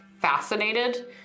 fascinated